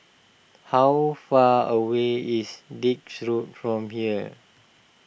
how far away is Dix Road from here